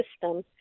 system